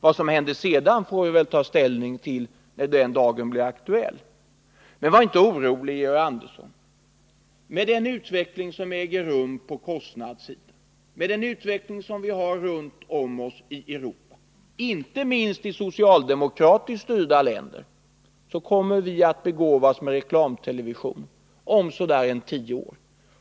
Vad som händer sedan får vi ta ställning till när den dagen kommer. Men var inte orolig, Georg Andersson! Med den utveckling som äger rum på kostnadssidan, med den utveckling som vi har runt om oss i Europa —- inte minst i socialdemokratiskt styrda länder — kommer vi att begåvas med reklam-TV om så där tio år.